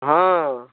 ହଁ